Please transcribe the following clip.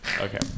Okay